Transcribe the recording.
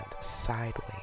sideways